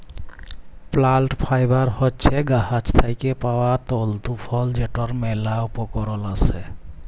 plant fibre হছে গাহাচ থ্যাইকে পাউয়া তল্তু ফল যেটর ম্যালা উপকরল আসে